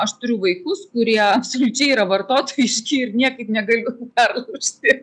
aš turiu vaikus kurie absoliučiai yra vartotojiški ir niekaip negaliu perlaužti